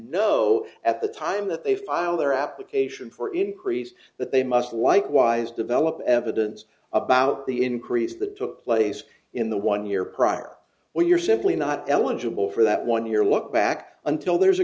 know at the time that they file their application for increase that they must likewise develop evidence about the increase the took place in the one year prior where you're simply not eligible for that one year look back until there's a